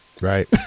Right